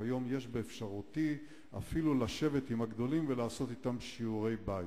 וכיום יש באפשרותי אפילו לשבת עם הגדולים ולעשות אתם שיעורי בית.